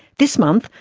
this month,